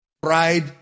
Pride